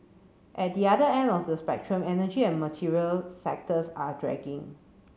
at the other end of the spectrum energy and material sectors are dragging